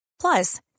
Plus